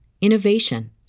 innovation